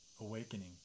awakening